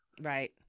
Right